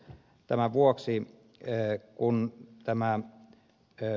tämän vuoksi virhe kun tämän ce